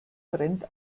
brennt